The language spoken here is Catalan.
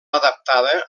adaptada